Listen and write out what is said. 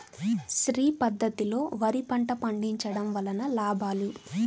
శ్రీ పద్ధతిలో వరి పంట పండించడం వలన లాభాలు?